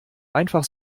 einfach